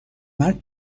مرگ